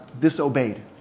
disobeyed